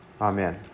Amen